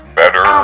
better